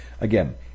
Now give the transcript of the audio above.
Again